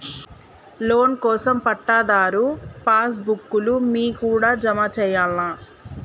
Loan కోసం పట్టాదారు pass book లు మీ కాడా జమ చేయల్నా?